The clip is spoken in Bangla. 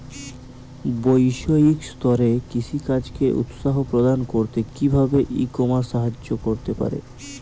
বৈষয়িক স্তরে কৃষিকাজকে উৎসাহ প্রদান করতে কিভাবে ই কমার্স সাহায্য করতে পারে?